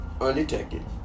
undetected